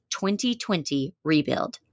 2020REBUILD